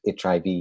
HIV